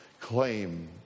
Claim